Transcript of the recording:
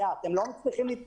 אתם לא מצליחים עם הקורונה,